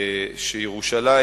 שירושלים